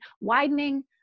widening